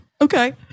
Okay